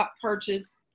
purchase